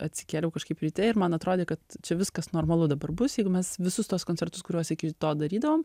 atsikėliau kažkaip ryte ir man atrodė kad čia viskas normalu dabar bus jeigu mes visus tuos koncertus kuriuos iki to darydavom